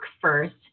first